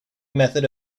method